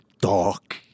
dark